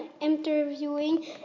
interviewing